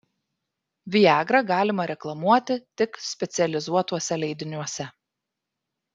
viagrą galima reklamuoti tik specializuotuose leidiniuose